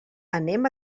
anem